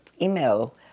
email